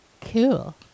Cool